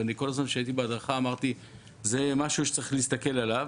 וכל הזמן כשהייתי בהדרכה אמרתי: זה משהו שצריך להסתכל עליו.